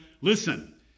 Listen